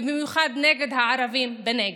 ובמיוחד נגד הערבים בנגב.